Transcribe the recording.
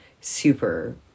Super